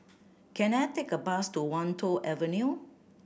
can I take a bus to Wan Tho Avenue